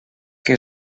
que